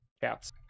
Cats